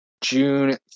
June